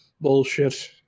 bullshit